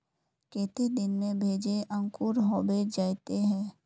केते दिन में भेज अंकूर होबे जयते है?